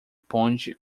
ponte